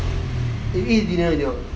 you eat dinner already a not